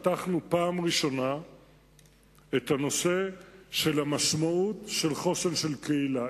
פתחנו פעם ראשונה את הנושא של המשמעות של חוסן של קהילה,